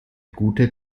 gute